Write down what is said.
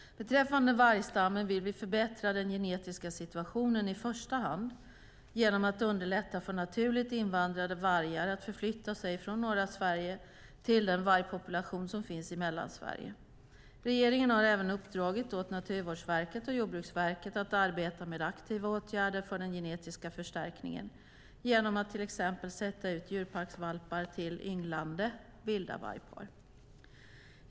Beträffande vargstammen vill vi förbättra den genetiska situationen i första hand genom att underlätta för naturligt invandrade vargar att förflytta sig från norra Sverige till den vargpopulation som finns i Mellansverige. Regeringen har även uppdragit åt Naturvårdsverket och Jordbruksverket att arbeta med aktiva åtgärder för den genetiska förstärkningen genom att till exempel sätta ut djurparksvalpar till ynglande vilda vargpar.